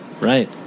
Right